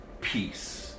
peace